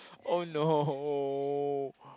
oh no oh